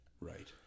Right